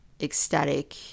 ecstatic